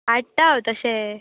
हाडटा हांव तशें